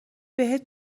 بهت